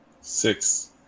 Six